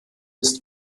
ist